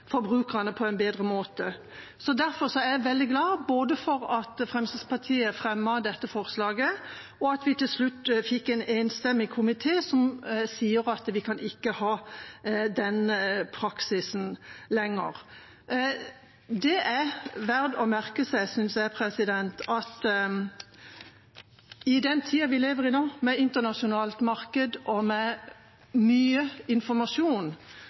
forbrukerne på en bedre måte. Derfor er jeg veldig glad for både at Fremskrittspartiet fremmet dette forslaget, og at vi til slutt fikk en enstemmig komité som sier at vi ikke kan ha den praksisen lenger. Det er verdt å merke seg, synes jeg, at i den tida vi lever nå, med internasjonalt marked og med mye informasjon,